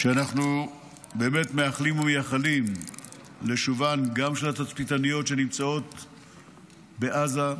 שאנחנו באמת מאחלים ומייחלים לשובם של התצפיתניות שנמצאות בעזה,